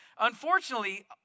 unfortunately